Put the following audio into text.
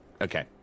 Okay